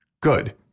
Good